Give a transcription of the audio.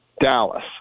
Dallas